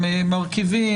מכובדי,